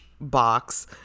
box